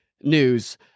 news